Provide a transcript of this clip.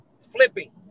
flipping